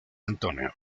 antonio